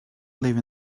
live